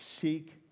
Seek